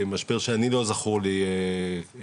משבר שאני לא זכור לי כמוהו.